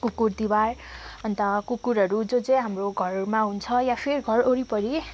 कुकुर तिहार अन्त कुकुरहरू जो चाहिँ हाम्रो घरमा हुन्छ या फिर घर वरिपरि